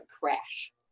crash